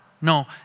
No